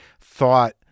thought